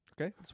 Okay